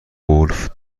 گلف